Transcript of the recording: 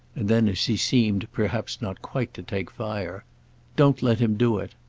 and then as he seemed perhaps not quite to take fire don't let him do it.